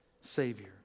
Savior